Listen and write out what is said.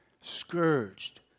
Scourged